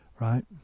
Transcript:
right